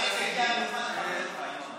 אלכס הגיע במיוחד כדי לכבד אותך, ינון.